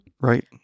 Right